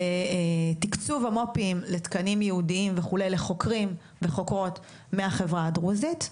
ותקצוב המו"פים לתקנים ייעודים וכו' לחוקרים ולחוקרות מהחברה הדרוזית,